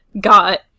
got